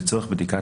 לצורך בדיקת